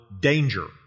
danger